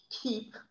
keep